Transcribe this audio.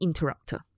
interrupter